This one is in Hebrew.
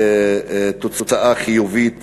בתוצאה חיובית